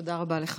תודה רבה לך.